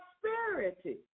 prosperity